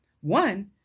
One